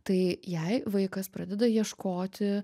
tai jei vaikas pradeda ieškoti